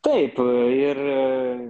taip ir